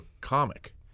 comic